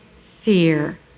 fear